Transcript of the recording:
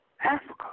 Africa